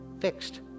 fixed